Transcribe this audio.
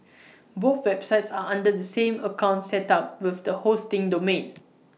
both websites are under the same account set up with the hosting domain